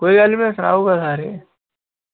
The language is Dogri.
कोई गल्ल नी मैं सनाई ओड़गा सारें गी